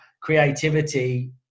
creativity